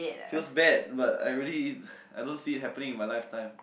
feels bad but I really I don't see it happening in my lifetime